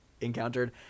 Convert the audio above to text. encountered